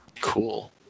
Cool